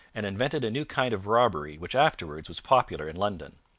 and invented a new kind of robbery which afterwards was popular in london.